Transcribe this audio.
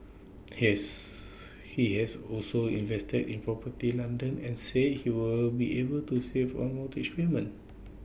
he has he has also invested in property London and said he will be able to save on mortgage payments